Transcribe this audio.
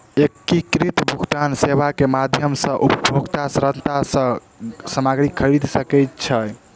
एकीकृत भुगतान सेवा के माध्यम सॅ उपभोगता सरलता सॅ सामग्री खरीद सकै छै